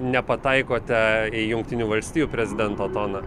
nepataikote į jungtinių valstijų prezidento toną